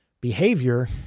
behavior